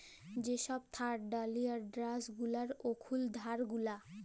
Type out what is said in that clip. যে সব থার্ড ডালিয়ার ড্যাস গুলার এখুল ধার গুলা